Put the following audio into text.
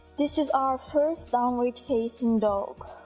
this is our first downward facing dog